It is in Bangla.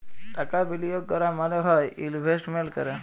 টাকা বিলিয়গ ক্যরা মালে হ্যয় ইলভেস্টমেল্ট ক্যরা